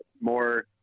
more